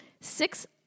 Six